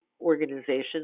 organizations